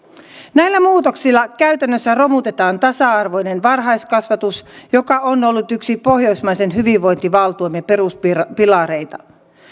näillä muutoksilla käytännössä romutetaan tasa arvoinen varhaiskasvatus joka on ollut yksi pohjoismaisen hyvinvointivaltion peruspilareita